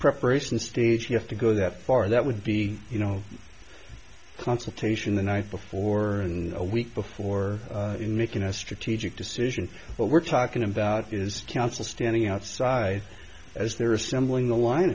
preparation stage you have to go that far that would be you know consultation the night before and a week before in making a strategic decision what we're talking about is counsel standing outside as they're assembl